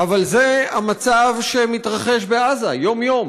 אבל זה המצב שמתרחש בעזה יום-יום,